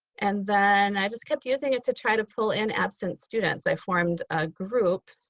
and then i just kept using it to try to pull in absent students. i formed a group,